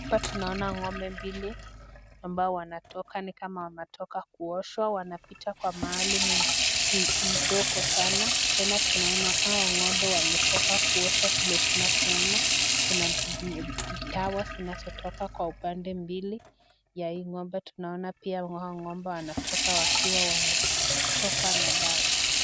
Hapa tunaona ngombe mbili ambao wanatoka ni kama wametoka kuoshwa wanapita mahali mdogo sana tena tunaona hawa ngombe wametoka kuosha vile tunavyoona kun adawa zinazotoka kwenye upande mbili ya hii ngombe tunaona pia hawa ngombe wanatoka wakiwa wametokwa na dawa.